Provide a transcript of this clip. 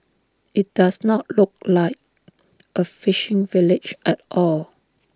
IT does not look like A fishing village at all